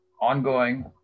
ongoing